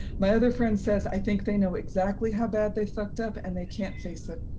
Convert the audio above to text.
my other friend says, i think they know exactly how bad they fucked up and they can't face it.